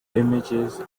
images